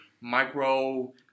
micro